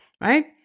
right